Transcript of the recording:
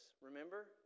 Remember